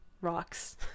rocks